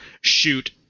shoot